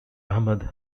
ahmed